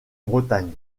bretagne